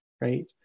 right